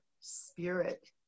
spirit